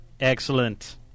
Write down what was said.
Excellent